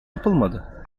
yapılmadı